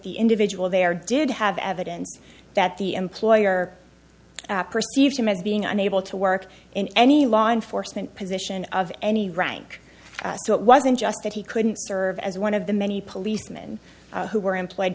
the individual there did have evidence that the employer perceived him as being unable to work in any law enforcement position of any rank it wasn't just that he couldn't serve as one of the many policeman who were employed